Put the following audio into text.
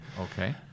Okay